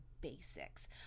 basics